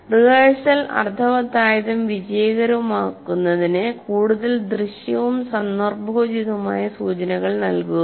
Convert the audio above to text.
rehearsal അർത്ഥവത്തായതും വിജയകരവുമാക്കുന്നതിന് കൂടുതൽ ദൃശ്യവും സന്ദർഭോചിതവുമായ സൂചനകൾ നൽകുക